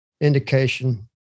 indication